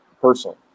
personally